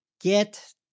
get